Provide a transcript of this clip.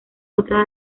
otra